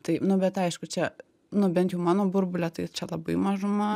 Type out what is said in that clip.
tai nu bet aišku čia nu bent jau mano burbule tai čia labai mažuma